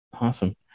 awesome